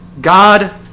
God